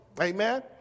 Amen